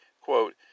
quote